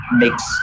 makes